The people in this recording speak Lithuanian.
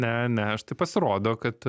ne ne štai pasirodo kad